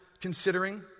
considering